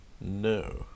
No